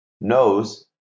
knows